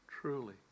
truly